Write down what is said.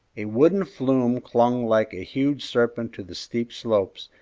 a wooden flume clung like a huge serpent to the steep slopes,